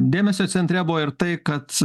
dėmesio centre buvo ir tai kad